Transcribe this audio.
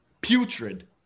putrid